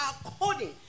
according